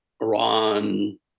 Iran